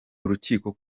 urukiko